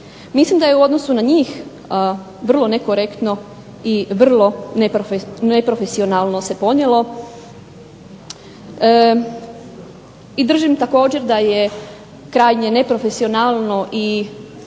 Mislim da je u odnosu na njih vrlo nekorektno i vrlo neprofesionalno se ponijelo i držim također da je krajnje neprofesionalno i nedemokratski,